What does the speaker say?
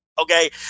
Okay